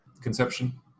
conception